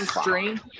stream